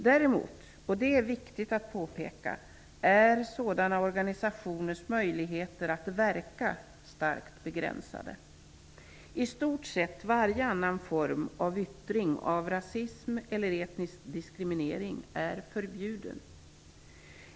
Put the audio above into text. Däremot -- och det är viktigt att påpeka -- är sådana organisationers möjligheter att verka starkt begränsade. I stort sett varje annan yttring av rasism eller etnisk diskriminering är förbjuden.